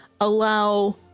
allow